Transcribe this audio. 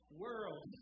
world